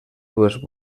dues